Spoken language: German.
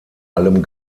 allem